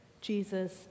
Jesus